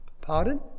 Pardon